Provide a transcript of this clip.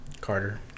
Carter